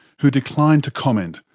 who declined to comment,